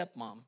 stepmom